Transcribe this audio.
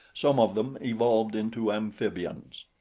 some of them evolved into amphibians.